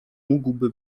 mógłby